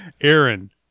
Aaron